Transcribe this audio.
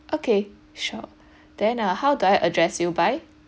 okay sure then uh how do I address you by